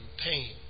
pain